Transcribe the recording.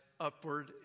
Upward